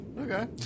Okay